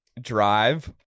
Drive